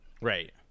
Right